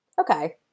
Okay